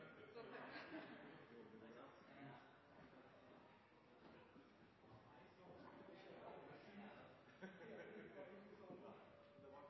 ut av PISA. Det